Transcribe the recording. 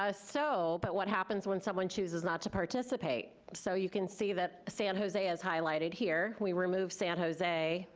ah so, but what happens when someone chooses not to participate? so you can see that san jose is highlighted here. we remove san jose,